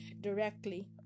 directly